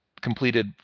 completed